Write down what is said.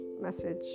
message